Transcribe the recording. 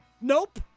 nope